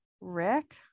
Rick